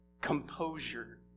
composure